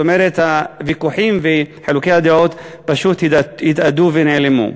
זאת אומרת הוויכוחים וחילוקי הדעות פשוט התאדו ונעלמו.